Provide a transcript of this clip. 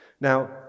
Now